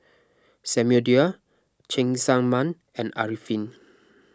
Samuel Dyer Cheng Tsang Man and Arifin